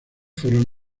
fueron